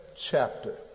chapter